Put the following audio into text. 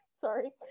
sorry